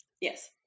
Yes